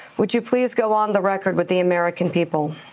would you please go on the record with the american people?